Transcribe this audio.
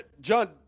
John